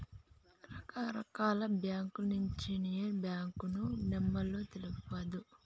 రకరకాల బాంకులొచ్చినయ్, ఏ బాంకును నమ్మాలో తెల్వదు